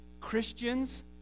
Christians